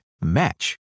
match